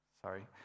Sorry